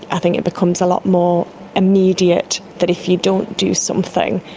i think it becomes a lot more immediate that if you don't do something,